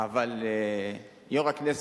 אבל יושב-ראש הכנסת,